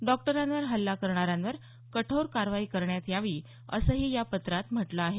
डॉक्टरांवर हल्ला करणाऱ्यांवर कठोर कारवाई करण्यात यावी असंही या पत्रात म्हटलं आहे